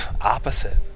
opposite